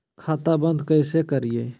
खाता बंद कैसे करिए?